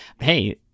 Hey